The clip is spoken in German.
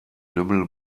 lümmel